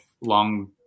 long